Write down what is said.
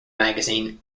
magazine